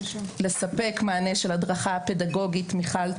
לספק מענה של הדרכה פדגוגית - מיכל,